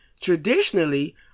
Traditionally